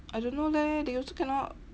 I don't know leh they also cannot